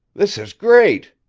this is great,